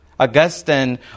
Augustine